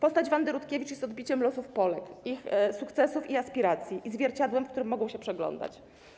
Losy Wandy Rutkiewicz są odbiciem losów Polek, ich sukcesów i aspiracji, zwierciadłem, w którym mogą się przeglądać.